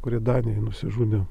kurie danijoj nusižudė